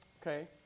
Okay